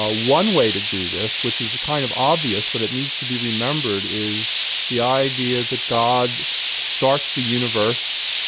ah one way to do this which is kind of obvious, but it needs to be remembered is the idea that god starts the universe,